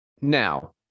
Now